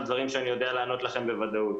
לדברים שאני יודע לענות לכם בוודאות.